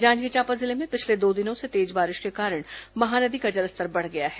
जांजगीर चांपा जिले में पिछले दो दिनों से तेज बारिश के बाद महानदी का जलस्तर बढ़ गया है